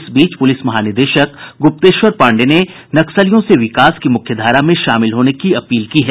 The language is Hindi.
इस बीच पुलिस महानिदेशक गुप्तेश्वर पांडेय ने नक्सलियों से विकास की मुख्यधारा में शामिल होने की अपील की है